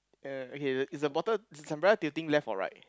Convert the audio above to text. er okay the is the bottle is the umbrella tilting left or right